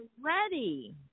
ready